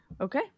Okay